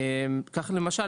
כך למשל,